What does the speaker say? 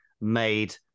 made